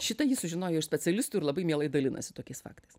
šitą ji sužinojo iš specialistų ir labai mielai dalinasi tokiais faktais